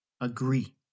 Agree